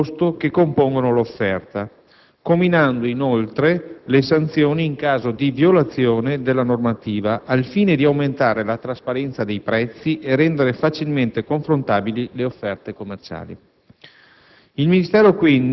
relative alle voci di costo che compongono l'offerta, comminando inoltre le sanzioni in caso di violazione della normativa, al fine di aumentare la trasparenza dei prezzi e rendere facilmente confrontabili le offerte commerciali.